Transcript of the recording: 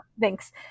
thanks